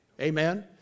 Amen